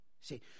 See